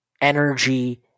energy